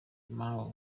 mawe